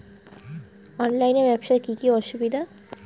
অনলাইনে ব্যবসার কি কি অসুবিধা?